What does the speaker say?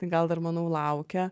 tai gal dar manau laukia